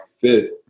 fit